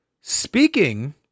Speaking